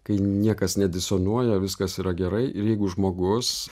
kai niekas nedisonuoja viskas yra gerai ir jeigu žmogus